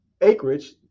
acreage